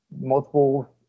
multiple